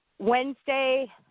Wednesday